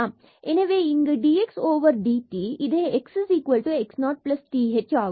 எனவே இங்கு dxdt இது xx0th ஆகும்